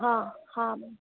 हा हा